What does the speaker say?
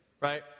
Right